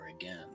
again